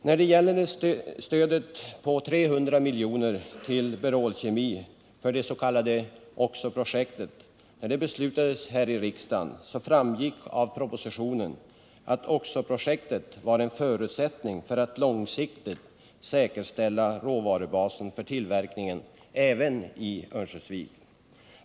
När det statliga stödet på 300 milj.kr. till Berol Kemi för det s.k. oxoprojektet beslutades av riksdagen framgick av propositionen att oxo-projektet var en förutsättning för att långsiktigt säkerställa råvarubasen för tillverkningen även i Örnsköldsvik.